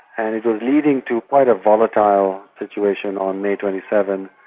and it was leading to quite a volatile situation on may twenty seven,